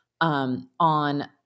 On